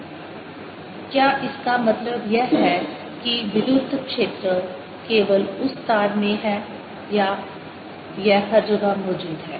EMFdBdtAelectric field×lengthof wireE2πr ϵ12πrdBdtA क्या इसका मतलब यह है कि विद्युत क्षेत्र केवल उस तार में है या यह हर जगह मौजूद है